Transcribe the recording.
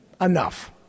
Enough